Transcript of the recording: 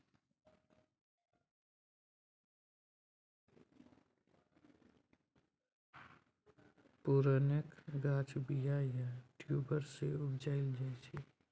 पुरैणक गाछ बीया या ट्युबर सँ उपजाएल जाइ छै